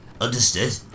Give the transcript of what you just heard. Understood